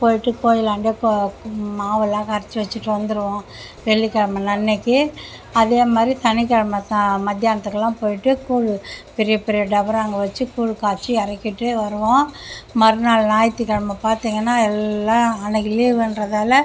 போயிட்டு கோயிலாண்ட மாவுலாம் கரைச்சி வச்சுட்டு வந்துடுவோம் வெள்ளிக்கிழமை அன்றைக்கி அதே மாதிரி சனிக்கிழமை சா மத்தியானத்துக்கெல்லாம் போயிவிட்டு கூழ் பெரிய பெரிய டபராங்க வச்சு கூழ் காய்ச்சி இறகிட்டு வருவோம் மறுநாள் ஞாயிற்றுக் கிழமை பார்த்திங்கன்னா எல்லாம் அன்றைக்கி லீவுன்றதால்